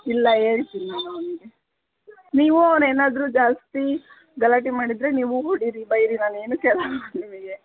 ಇಲ್ಲ ಹೇಳ್ತೀನಿ ನಾನು ಅವನಿಗೆ ನೀವು ಅವನೇನಾದ್ರೂ ಜಾಸ್ತಿ ಗಲಾಟೆ ಮಾಡಿದರೆ ನೀವು ಹೊಡಿಯಿರಿ ಬೈಯಿರಿ ನಾವೇನೂ ಕೇಳಲ್ಲ ನಿಮಗೆ